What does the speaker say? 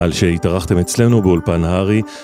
על שהתארחתם אצלנו, באולפן הארי